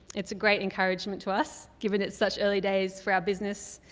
it's a great encouragement to us, given it's such early days for our business,